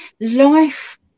life